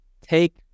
take